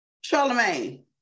Charlemagne